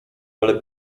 ale